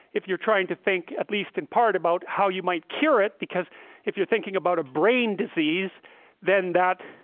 if you're trying to think at least in part about how you might cure it because if you're thinking about a brain disease then that